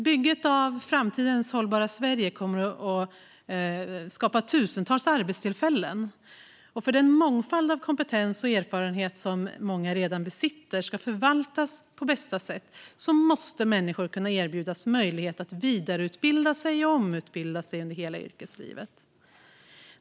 Bygget av framtidens hållbara Sverige kommer att skapa tusentals arbetstillfällen. För att den mångfald av kompetens och erfarenhet som många redan besitter ska förvaltas på bästa sätt måste människor erbjudas möjlighet att vidareutbilda sig och omutbilda sig under hela yrkeslivet.